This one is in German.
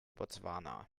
botswana